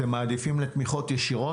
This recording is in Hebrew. אתם מעדיפים תמיכות ישירות.